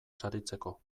saritzeko